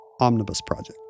omnibusproject